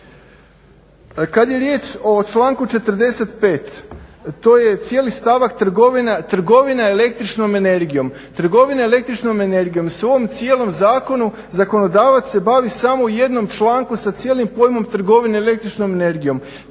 Kad je riječ o članku 45. To je cijeli stavak trgovina električnom energijom. Trgovina električnom energijom u ovom cijelom zakonu zakonodavac se bavi samo u jednom članku sa cijelim pojmom trgovine električnom energijom.